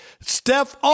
Steph